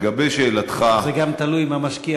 לגבי שאלתך --- זה גם תלוי אם המשקיע